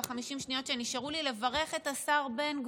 ב-50 השניות שנשארו לי אני רוצה לברך את השר בן גביר.